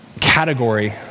category